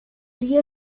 rear